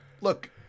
look